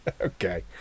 Okay